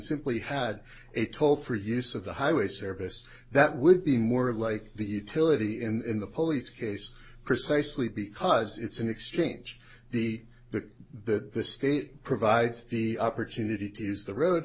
simply had a toll free use of the highway service that would be more like the utility in the police case precisely because it's an exchange the the the the state provides the opportunity to use the road